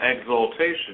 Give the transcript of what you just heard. exaltation